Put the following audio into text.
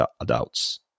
adults